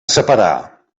separar